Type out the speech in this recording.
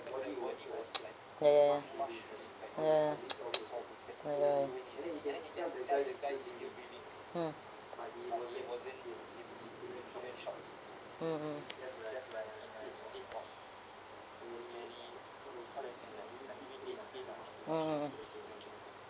ya ya ya ah ya ya !aiyo! mm mm mm mm mm mm